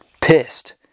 pissed